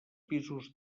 pisos